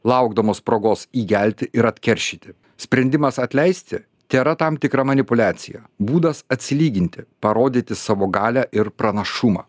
laukdamos progos įgelti ir atkeršyti sprendimas atleisti tėra tam tikra manipuliacija būdas atsilyginti parodyti savo galią ir pranašumą